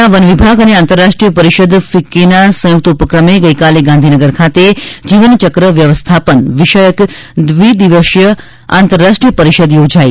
રાજ્યના વન વિભાગ અને આંતરરાષ્ટ્રીય પરિષદ ફિક્કીના સંયુકત ઉપક્રમે ગઇકાલે ગાંધીનગર ખાતે જીવનચક વ્યવસ્થાપન વિષયક દ્વિદિવસીય આંતરરાષ્ટ્રીય પરિષદ યોજાઇ